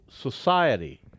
society